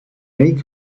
may